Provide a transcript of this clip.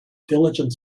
diligent